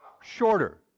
shorter